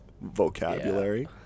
vocabulary